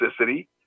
toxicity